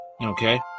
Okay